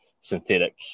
Synthetic